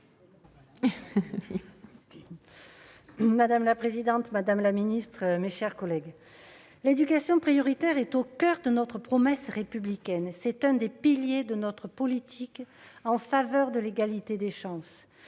Madame la présidente, madame la secrétaire d'État, mes chers collègues, l'éducation prioritaire est au coeur de notre promesse républicaine ; c'est l'un des piliers de notre politique en faveur de l'égalité des chances.